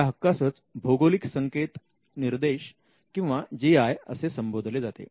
या हक्कासच भौगोलिक संकेत निर्देश किंवा जी आय् असे संबोधले जाते